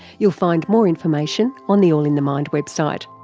you'll find more information on the all in the mind website.